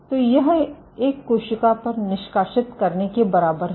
तो यह एक कोशिका पर निष्काषित करने के बराबर है